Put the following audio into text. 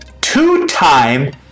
two-time